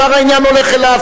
כבר העניין הולך אליו,